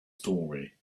story